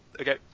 Okay